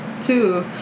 two